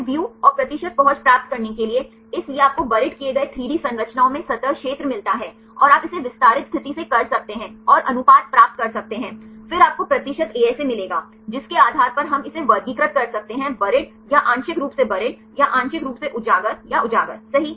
ASA View और प्रतिशत पहुंच प्राप्त करने के लिए इसलिए आपको बरीद किए गए 3D संरचनाओं में सतह क्षेत्र मिलता है और आप इसे विस्तारित स्थिति से कर सकते हैं और अनुपात प्राप्त कर सकते हैं फिर आपको प्रतिशत ASA मिलेगा जिसके आधार पर हम इसे वर्गीकृत कर सकते हैं बरीद या आंशिक रूप से बरीद या आंशिक रूप से उजागर या उजागर सही